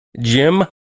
Jim